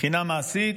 מבחינה מעשית,